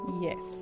yes